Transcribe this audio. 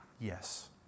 Yes